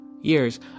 years